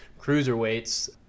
cruiserweights